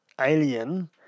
alien